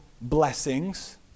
blessings